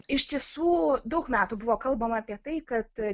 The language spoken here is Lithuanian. iš tiesų daug metų buvo kalbama apie tai kad a